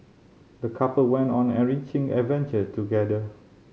the couple went on an enriching adventure together